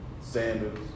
Sanders